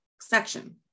section